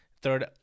third